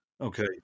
Okay